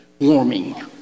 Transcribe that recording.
warming